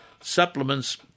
Supplements